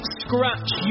scratch